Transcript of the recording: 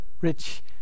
rich